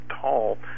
tall